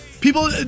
People